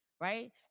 right